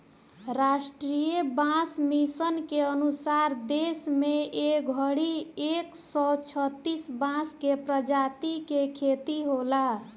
राष्ट्रीय बांस मिशन के अनुसार देश में ए घड़ी एक सौ छतिस बांस के प्रजाति के खेती होला